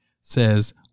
says